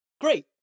Great